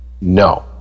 No